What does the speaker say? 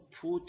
put